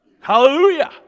Hallelujah